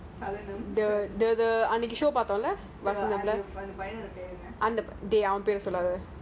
who salana